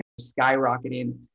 skyrocketing